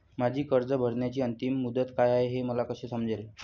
माझी कर्ज भरण्याची अंतिम मुदत काय, हे मला कसे समजेल?